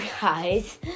guys